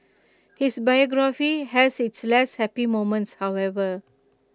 his biography has its less happy moments however